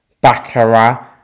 baccarat